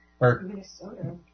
Minnesota